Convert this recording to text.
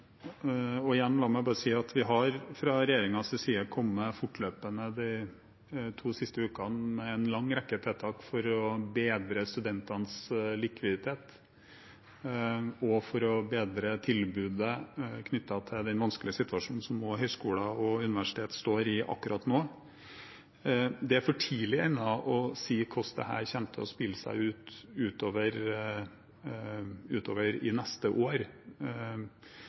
La meg bare si igjen: Vi har fra regjeringens side de to siste ukene fortløpende kommet med en lang rekke tiltak for å bedre studentenes likviditet og for å bedre tilbudet knyttet til den vanskelige situasjonen som høyskoler og universiteter står i akkurat nå. Det er for tidlig ennå å si hvordan dette kommer til å utspille seg utover neste år.